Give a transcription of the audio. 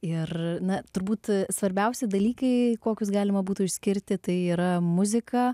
ir na turbūt svarbiausi dalykai kokius galima būtų išskirti tai yra muzika